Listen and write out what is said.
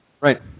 Right